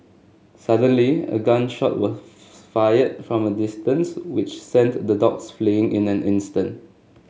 suddenly a gun shot was fired from a distance which sent the dogs fleeing in an instant